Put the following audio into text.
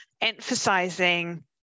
emphasizing